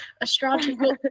astrological